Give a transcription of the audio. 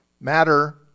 matter